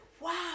wow